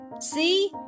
see